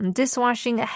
dishwashing